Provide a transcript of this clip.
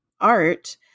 art